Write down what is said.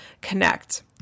connect